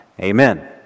Amen